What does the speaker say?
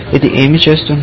ఇది ఏమి చేస్తుంది